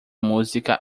música